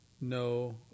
no